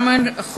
גם על חוקים,